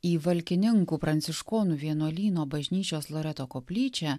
į valkininkų pranciškonų vienuolyno bažnyčios loreto koplyčią